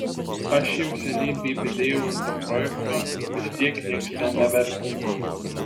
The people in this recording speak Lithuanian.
aš jau seniai bybį dėjau ant to projekto vis tiek nieks ten nevertina